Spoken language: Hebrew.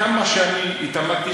כמה שאני התעמקתי,